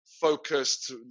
focused